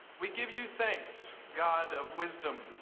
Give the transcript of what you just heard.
we give you thanks, god of wisdom,